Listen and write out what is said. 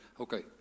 Okay